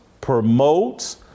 promotes